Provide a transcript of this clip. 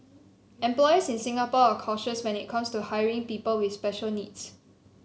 employers in Singapore are cautious when it comes to hiring people with special needs